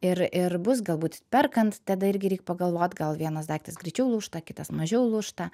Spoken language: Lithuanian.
ir ir bus galbūt perkant tada irgi reik pagalvot gal vienas daiktas greičiau lūžta kitas mažiau lūžta